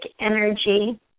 energy